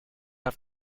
have